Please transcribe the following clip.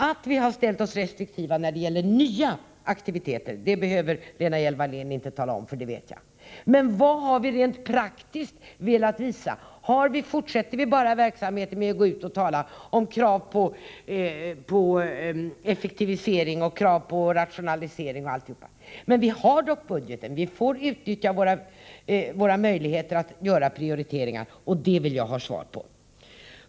Lena Hjelm-Wallén behöver inte tala om att vi har haft en restriktiv inställning när det gäller nya aktiviteter. Det vet jag. Men vad har vi rent praktiskt gjort för att visa att vi vill omfördela? Fortsätter vi bara verksamheten och går ut och talar om krav på effektivisering, rationalisering osv.? Vi har dock budgeten. — Vi får utnyttja våra möjligheter att göra prioriteringar. Jag vill ha svar på frågan om vi har gjort det.